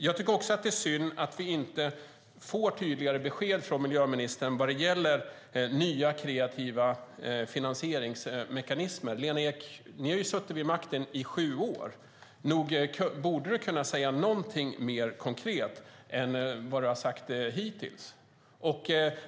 Jag tycker också att det är synd att vi inte får tydligare besked från miljöministern när det gäller nya kreativa finansieringsmekanismer. Ni har suttit vid makten i sju år, Lena Ek. Nog borde du kunna säga någonting mer konkret än vad du har sagt hittills!